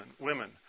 women